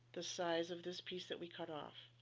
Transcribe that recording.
the size of this piece that we cut off,